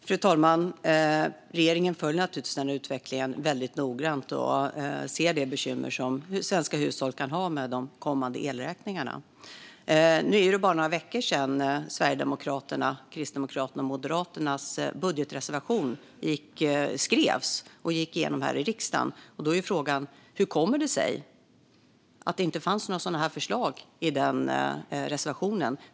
Fru talman! Regeringen följer naturligtvis utvecklingen väldigt noggrant och ser det bekymmer som svenska hushåll kan ha med kommande elräkningar. Nu är det bara några veckor sedan Sverigedemokraternas, Kristdemokraternas och Moderaternas budgetreservation skrevs och gick igenom här i riksdagen. Då är frågan: Hur kommer det sig att det inte fanns några sådana förslag i den reservationen?